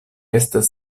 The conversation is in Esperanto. estas